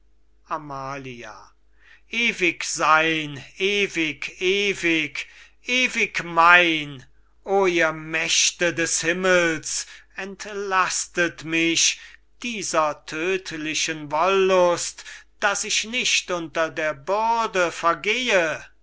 amalia ewig sein ewig ewig ewig mein oh ihr mächte des himmels entlastet mich dieser tödlichen wollust daß ich nicht unter der bürde vergehe